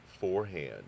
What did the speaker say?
forehand